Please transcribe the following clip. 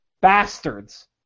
bastards